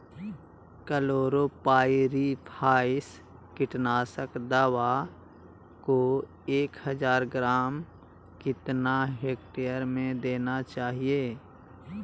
Chlorpyrifos कीटनाशक दवा को एक हज़ार ग्राम कितना हेक्टेयर में देना चाहिए?